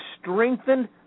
strengthened